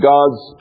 God's